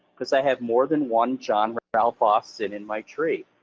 cause i have more than one john ralph austin in my tree.